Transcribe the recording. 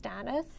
status